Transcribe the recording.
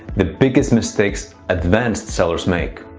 the biggest mistakes advanced sellers make.